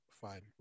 fine